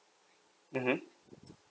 mmhmm